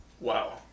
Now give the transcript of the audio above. Wow